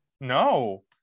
no